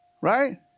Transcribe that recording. Right